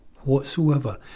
whatsoever